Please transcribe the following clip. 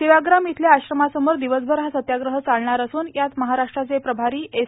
सेवाग्राम येथील आश्रमासमोर दिवसभर हा सत्याग्रह चालणार असून यात महाराष्ट्राचे प्रभारी एस